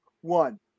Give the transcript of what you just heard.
one